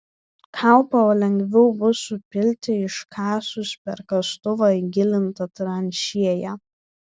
kaupą lengviau bus supilti iškasus per kastuvą įgilintą tranšėją